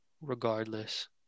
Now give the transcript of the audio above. regardless